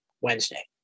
Wednesday